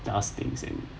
just think simple